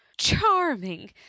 Charming